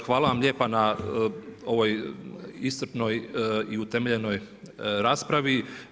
Hvala vam lijepo na ovoj iscrpnoj i utemeljenoj raspravi.